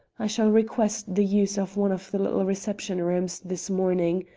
i shall request the use of one of the little reception-rooms this morning.